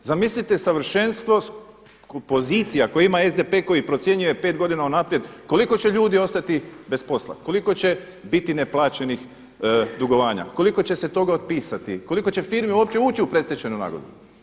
Zamislite savršenstvo, pozicija koja ima SDP koji procjenjuje 5 godina unaprijed koliko će ljudi ostati bez posla, koliko će biti neplaćenih dugovanja, koliko će se toga otpisati, koliko će firmi uopće ući u predstečajnu nagodbu.